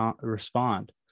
respond